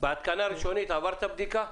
בהתקנה הראשונית עברתי בדיקה.